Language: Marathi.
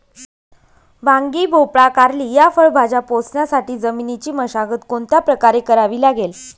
वांगी, भोपळा, कारली या फळभाज्या पोसण्यासाठी जमिनीची मशागत कोणत्या प्रकारे करावी लागेल?